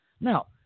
Now